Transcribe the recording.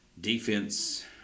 defense